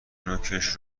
نوکش